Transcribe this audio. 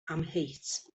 amheus